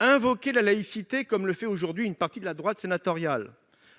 d'invoquer la laïcité, comme le fait aujourd'hui une partie de la droite sénatoriale,